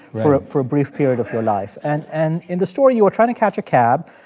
for ah for a brief period of your life. and and in the story, you were trying to catch a cab.